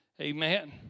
Amen